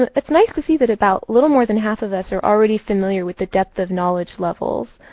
it's nice to see that about a little more than half of us are already familiar with the depth of knowledge levels.